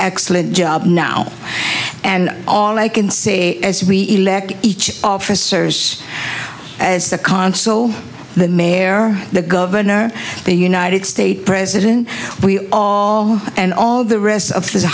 excellent job now and all i can say as we elect each officer is as the consul the mayor the governor the united states president we all and all the rest of the